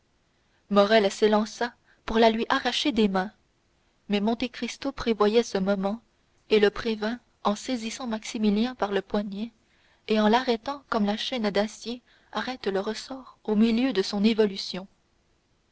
morrel s'élança pour la lui arracher des mains mais monte cristo prévoyait ce mouvement et le prévint en saisissant maximilien par le poignet et en l'arrêtant comme la chaîne d'acier arrête le ressort au milieu de son évolution